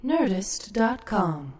Nerdist.com